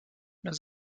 los